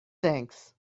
thanks